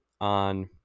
on